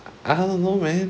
I don't know man